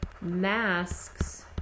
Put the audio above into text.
masks